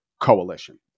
coalition